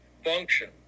function